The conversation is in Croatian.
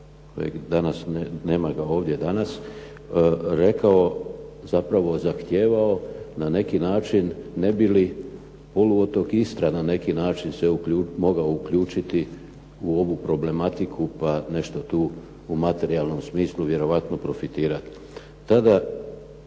Kajin nema ga ovdje danas, rekao zapravo zahtijevao na neki način, ne bi li poluotok Istra na neki način se mogao uključiti u ovu problematiku pa nešto tu u materijalnom smislu vjerojatno profitirati.